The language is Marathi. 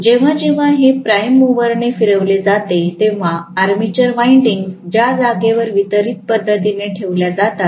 जेव्हा जेव्हा हे प्राइम मूवरने फिरवले जाते तेव्हा आर्मेचर वाईन्डिग्ज ज्या जागेवर वितरित पद्धतीने ठेवल्या जातात